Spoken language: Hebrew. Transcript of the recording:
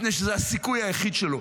מפני שזה הסיכוי היחיד שלו.